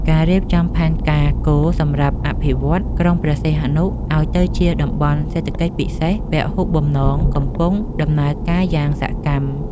ការរៀបចំផែនការគោលសម្រាប់អភិវឌ្ឍក្រុងព្រះសីហនុឱ្យទៅជាតំបន់សេដ្ឋកិច្ចពិសេសពហុបំណងកំពុងដំណើរការយ៉ាងសកម្ម។